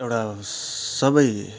एउटा सबै